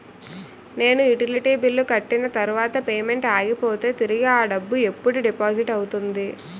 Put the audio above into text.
నేను utility bill కట్టిన తర్వాత పేమెంట్ ఆగిపోతే తిరిగి అ డబ్బు ఎప్పుడు డిపాజిట్ అవుతుంది?